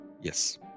Yes